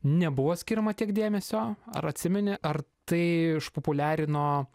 nebuvo skiriama tiek dėmesio ar atsimeni ar tai išpopuliarino